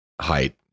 height